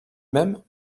même